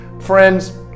friends